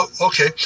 Okay